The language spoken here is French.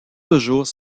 toujours